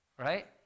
right